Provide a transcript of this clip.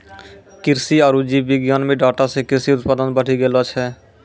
कृषि आरु जीव विज्ञान मे डाटा से कृषि उत्पादन बढ़ी गेलो छै